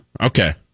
Okay